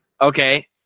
okay